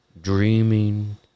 Dreaming